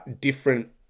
different